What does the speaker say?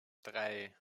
drei